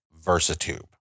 Versatube